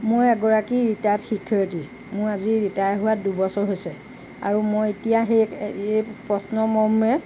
মই এগৰাকী ৰিটায়াৰ্ড শিক্ষয়িত্ৰী মোৰ আজি ৰিটায়াৰ হোৱা দুবছৰ হৈছে আৰু মই এতিয়া সেই এই প্ৰশ্ন মৰ্মে